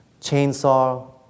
Chainsaw